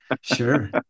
Sure